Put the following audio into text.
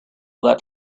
that